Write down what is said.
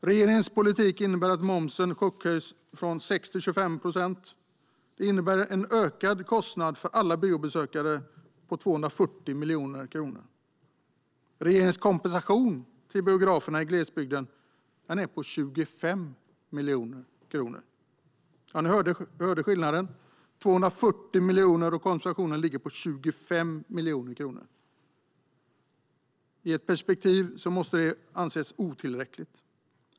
Regeringens politik innebär att momsen chockhöjs från 6 till 25 procent. Detta innebär en ökad kostnad för alla biobesökare på 240 miljoner kronor. Regeringens kompensation till biografer i glesbygden är på 25 miljoner kronor. Ja, ni hörde skillnaden: en ökning på 240 miljoner medan kompensationen ligger på 25 miljoner kronor. I detta perspektiv måste det anses vara otillräckligt.